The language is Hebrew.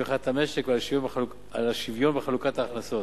צמיחת המשק והשוויון בחלוקת ההכנסות.